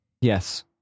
Yes